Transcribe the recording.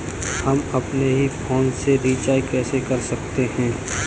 हम अपने ही फोन से रिचार्ज कैसे कर सकते हैं?